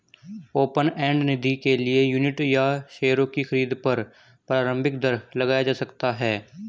open end निधि के लिए यूनिट या शेयरों की खरीद पर प्रारम्भिक दर लगाया जा सकता है